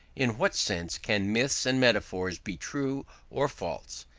in what sense can myths and metaphors be true or false?